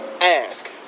ask